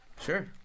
Sure